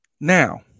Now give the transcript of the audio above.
Now